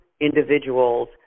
individuals